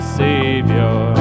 savior